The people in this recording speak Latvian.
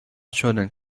šodien